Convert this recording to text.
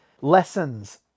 lessons